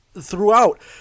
throughout